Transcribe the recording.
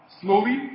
slowly